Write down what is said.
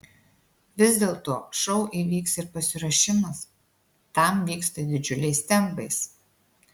vis dėlto šou įvyks ir pasiruošimas tam vyksta didžiuliais tempais